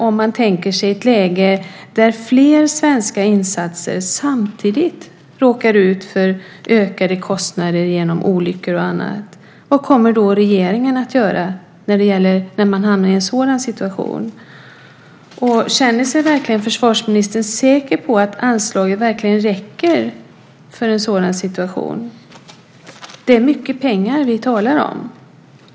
Om man tänker sig ett läge där flera svenska insatser samtidigt råkar ut för ökade kostnader genom olyckor och annat kan man ju ställa sig frågan: Vad kommer regeringen att göra när man hamnar i en sådan situation? Känner sig försvarsministern verkligen säker på att anslaget räcker för en sådan situation? Det är mycket pengar vi talar om.